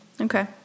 okay